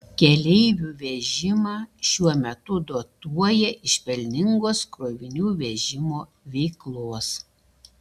keleivių vežimą šiuo metu dotuoja iš pelningos krovinių vežimo veiklos